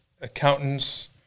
accountants